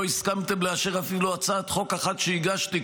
לא הסכמתם לאשר אפילו הצעת חוק אחת שהגשתי,